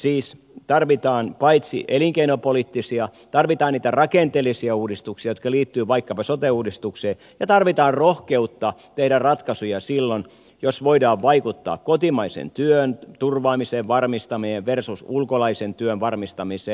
siis tarvitaan paitsi elinkeinopoliittisia myös niitä rakenteellisia uudistuksia jotka liittyvät vaikkapa sote uudistukseen ja tarvitaan rohkeutta tehdä ratkaisuja silloin jos voidaan vaikuttaa kotimaisen työn turvaamiseen varmistamiseen versus ulkolaisen työn varmistamiseen